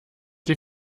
die